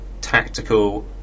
tactical